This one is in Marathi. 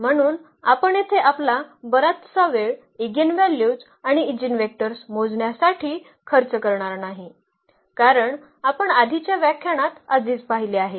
म्हणून आपण येथे आपला बराचसा वेळ ईगेनव्हल्यूज आणि ईजीनवेक्टर्स मोजण्यासाठी खर्च करणार नाही कारण आपण आधीच्या व्याख्यानात आधीच पाहिले आहे